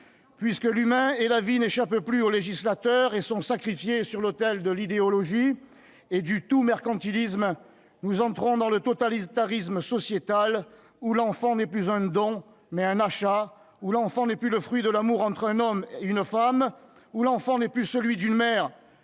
Puisque l'humain et la vie n'échappent plus au législateur et sont sacrifiés sur l'autel de l'idéologie et du tout-mercantilisme, nous entrons dans le totalitarisme sociétal où l'enfant est non plus un don mais un achat, non plus le fruit de l'amour entre un homme et une femme, non plus celui d'une mère